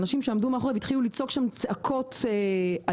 האנשים שעמדו מאחור והתחילו לצעוק שם צעקות אלימות,